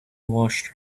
washed